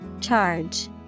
Charge